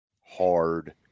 Hard